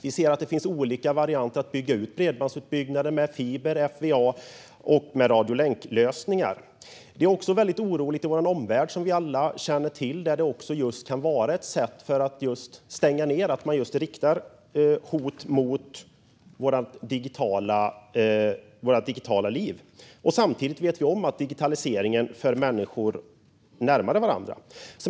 Vi ser att det finns olika varianter att bygga ut bredbandet med: fiber, FWA och radiolänklösningar. Det är också väldigt oroligt i vår omvärld, som vi alla känner till, och det kan vara ett sätt för att stänga ned att man riktar hot mot vårt digitala liv. Samtidigt vet vi att digitaliseringen för människor närmare varandra.